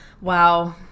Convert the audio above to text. Wow